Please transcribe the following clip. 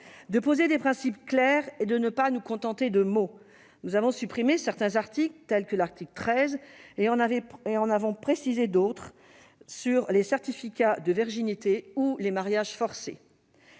en posant des principes clairs et en ne nous contentant pas de mots. Nous avons supprimé certains articles, comme l'article 13, et en avons précisé d'autres sur les certificats de virginité ou les mariages forcés.